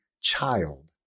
Child